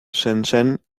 shenzhen